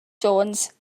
jones